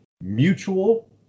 Mutual